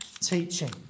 teaching